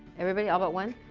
everybody? all but one?